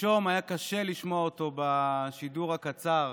שלשום היה קשה לשמוע אותו בשידור הקצר